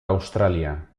australia